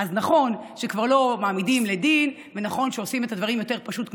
אז נכון שכבר לא מעמידים לדין ונכון שעושים את הדברים יותר פשוט,